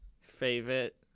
Favorite